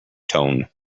tone